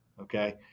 okay